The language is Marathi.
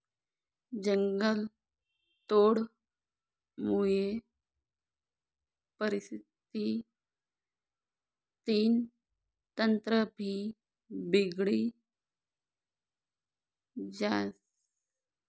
जंगलतोडमुये परिस्थितीनं तंत्रभी बिगडी जास